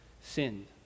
sinned